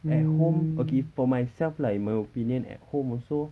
at home okay for myself lah in my opinion at home also